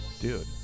Dude